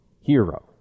hero